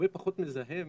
פחות מזהם